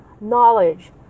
knowledge